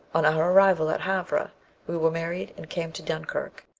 on our arrival at havre we were married and came to dunkirk,